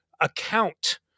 account